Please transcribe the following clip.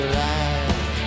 life